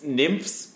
nymphs